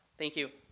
thank you.